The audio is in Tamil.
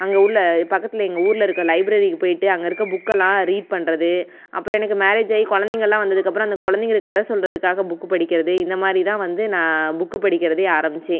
அங்கே உள்ளே பக்கத்தில் எங்கள் ஊரில் இருக்கற லைப்ரரிக்கு போயிட்டு அங்கே இருக்கற புக்கெல்லாம் ரீட் பண்ணுறது அப்புறம் எனக்கு மேரேஜாயி குழந்தைங்கள்லாம் வந்ததுக்கு அப்பறம் அந்த குழந்தைகளுக்கு கதை சொல்கிறதுக்காக புக்கு படிக்கிறது இந்தமாதிரி தான் வந்து நான் புக்கு படிக்கிறதே ஆரமித்தேன்